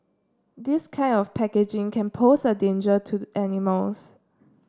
this kind of packaging can pose a danger to animals